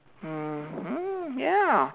mmhmm ya